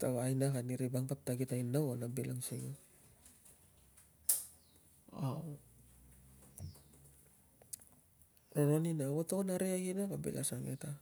ta iaak ani ri vap si tainau a bil ang singimroron inaa, ko to ngon a rikek ina ko a suang ke ta